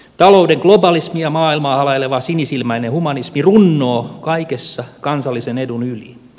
talouden globalismi ja maailmaa halaileva sinisilmäinen humanismi runnoo kaikessa kansallisen edun yli